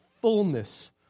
fullness